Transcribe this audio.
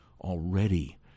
already